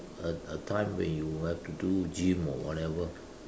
a a time when you have to do gym or whatever